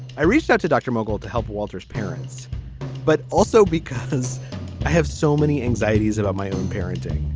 i reached out to dr. miguel to help walter's parents but also because i have so many anxieties about my own parenting.